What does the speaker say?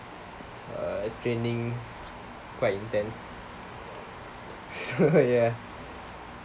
uh training quite intense so ya